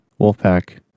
Wolfpack